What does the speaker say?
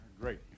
Great